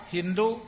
Hindu